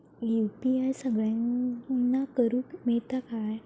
UPI सगळ्यांना करुक मेलता काय?